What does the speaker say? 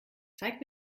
zeig